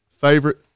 favorite